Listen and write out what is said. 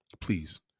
Please